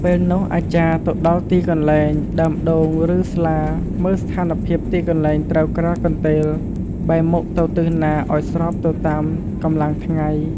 ពេលនោះអាចារ្យទៅដល់ទីកន្លែង ដើមដូង ឬស្លាមើលស្ថានភាពទីកន្លែងត្រូវក្រាលកន្ទេល បែរមុខទៅទិសណាឲ្យស្របទៅតាមកម្លាំងថ្ងៃ ។